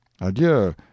Adieu